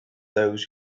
those